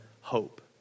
hope